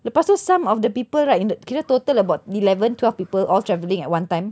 lepas tu some of the people right in the kira total about eleven twelve people all travelling at one time